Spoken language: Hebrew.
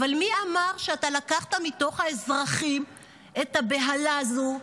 אבל מי אמר שלקחת מתוך האזרחים את הבהלה הזו,